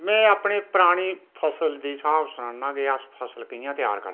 मैं अपने पराने फसल दी स्हाब सनाना कि अस फसल कि'यां त्यार करदे हे